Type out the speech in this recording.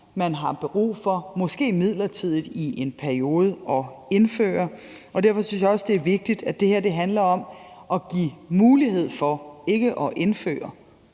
for at indføre, måske midlertidigt, i en periode. Derfor synes jeg også, det er vigtigt, at det her handler om at give mulighed for det, altså ikke